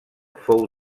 fou